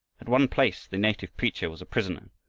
at one place the native preacher was a prisoner,